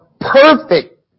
perfect